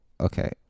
Okay